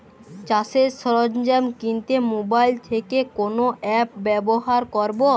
চাষের সরঞ্জাম কিনতে মোবাইল থেকে কোন অ্যাপ ব্যাবহার করব?